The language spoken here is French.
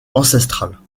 ancestrales